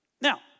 Now